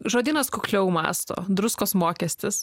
žodynas kukliau mąsto druskos mokestis